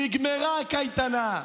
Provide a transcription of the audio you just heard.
נגמרה הקייטנה.